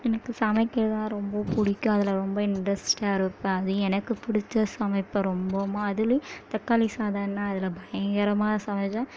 எனக்கு சமைக்கிறது தான் ரொம்ப பிடிக்கும் அதில் ரொம்ப இன்ட்ரெஸ்டாக இருப்பேன் அது எனக்கு பிடிச்சி சமைப்பேன் ரொம்பவும் அதுலேயும் தக்காளி சாதம்னால் அதில் பயங்கரமாக சமைத்தா